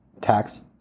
tax